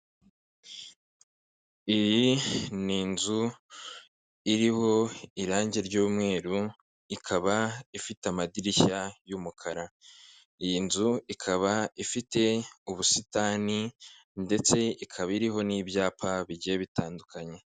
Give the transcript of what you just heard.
Iyi n'inzu iriho irangi ry'umweru, ikaba ifite amadirishya y'umukara, iyi nzu ikaba ifite ubusitani ndetse ikaba iriho n'ibyapa bigiye bitandukanye.